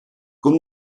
con